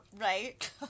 right